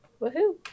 Woohoo